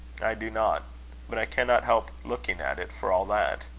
i do not but i cannot help looking at it, for all that.